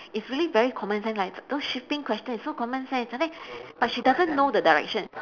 it's really very common sense lah it's those shipping question it's so common sense but then but she doesn't know the direction